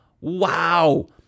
wow